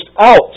out